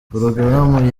porogaramu